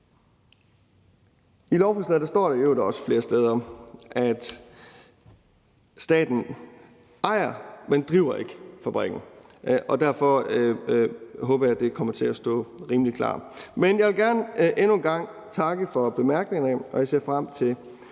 I lovforslaget står der i øvrigt også flere steder, at staten ejer, men ikke driver fabrikken, og derfor håber jeg, at det kommer til at stå rimelig klart. Men jeg vil gerne endnu en gang takke for bemærkningerne, og jeg ser frem til